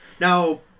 Now